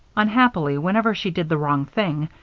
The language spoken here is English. unhappily, whenever she did the wrong thing,